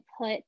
put